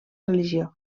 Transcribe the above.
religió